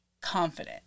confident